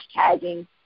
hashtagging